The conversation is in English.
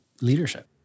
leadership